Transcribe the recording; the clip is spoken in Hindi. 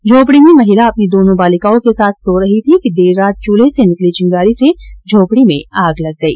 झोंपड़ी में महिला अपनी दोनों बालिकाओं के साथ सो रही थीं कि देर रात चूल्हे से निकली चिंगारी से झोंपड़ी में आग लग गई